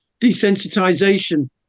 desensitization